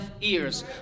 ears